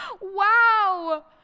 Wow